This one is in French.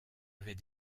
avait